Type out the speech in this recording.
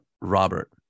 Robert